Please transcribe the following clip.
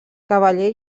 cavaller